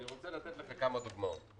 ואני רוצה לתת לך כמה דוגמאות.